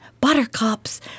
buttercups